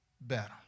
better